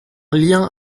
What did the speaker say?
lien